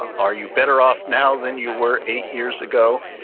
ah are you better off now than you were eight years ago,